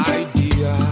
idea